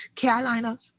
Carolina